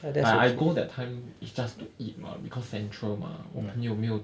but I go that time it's just to eat mah because central mah 我朋友有没有